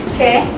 Okay